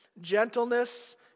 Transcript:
gentleness